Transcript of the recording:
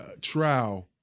trial